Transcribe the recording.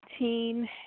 18